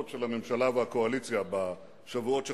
של הממשלה והקואליציה בשבועות שחלפו.